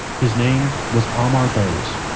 his name was amar bose